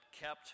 kept